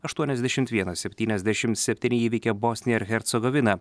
aštuoniasdešimt vienas septyniasdešimt septyni įveikė bosniją ir hercogoviną